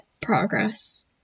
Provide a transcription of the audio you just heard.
progress